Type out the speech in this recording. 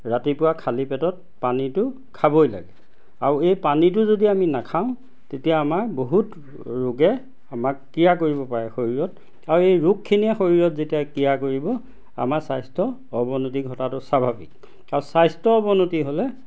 ৰাতিপুৱা খালী পেটত পানীটো খাবই লাগে আৰু এই পানীটো যদি আমি নাখাওঁ তেতিয়া আমাৰ বহুত ৰোগে আমাক ক্ৰীড়া কৰিব পাৰে শৰীৰত আৰু এই ৰোগখিনিয়ে শৰীৰত যেতিয়া ক্ৰীড়া কৰিব আমাৰ স্বাস্থ্যৰ অৱনতি ঘটাতো স্বাভাৱিক আৰু স্বাস্থ্যৰ অৱনতি হ'লে